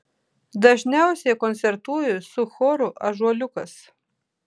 dažniausiai koncertuoju su choru ąžuoliukas